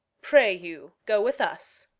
pray you go with us.